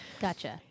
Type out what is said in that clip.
Gotcha